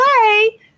play